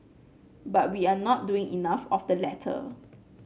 but we are not doing enough of the latter